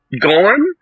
gone